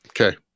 Okay